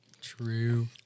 true